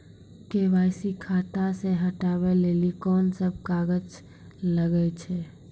KYC खाता से हटाबै लेली कोंन सब कागज लगे छै?